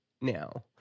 now